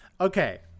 Okay